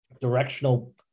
directional